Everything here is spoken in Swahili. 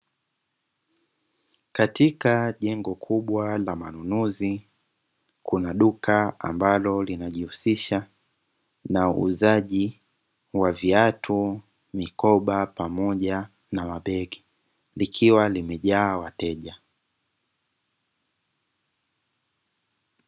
Katika jengo kubwa la manunuzi kuna duka ambalo linajihusisha na uuzaji wa viatu, mikoba, pamoja na mabegi ikiwa limejaa wateja.